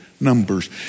numbers